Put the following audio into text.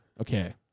Okay